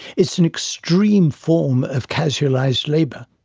is an extreme form of casualised labour